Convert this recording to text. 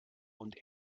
und